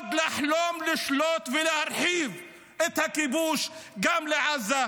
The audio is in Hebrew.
ועוד לחלום לשלוט ולהרחיב את הכיבוש גם לעזה.